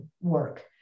work